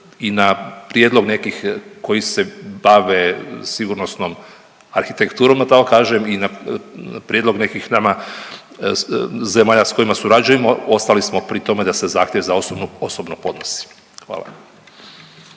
i na prijedlog nekih koji se bave sigurnosnom arhitekturom da tako kažem i na prijedlog nekih nama zemalja s kojima surađujemo ostali smo pritome da se zahtjev za osobnu osobno podnosi. Hvala.